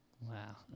Wow